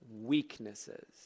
weaknesses